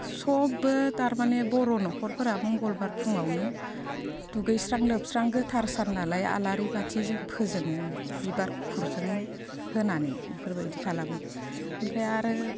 सबबो थारमाने बर' न'खरफोरा मंगलबार फुङावनो दुगैस्रां लोबस्रां गोथार साननालाय आलारि बाथि जों फोजोङो बिबार गुफुरजों होनानै इफोरबायदि खालामो ओमफ्राय आरो